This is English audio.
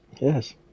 Yes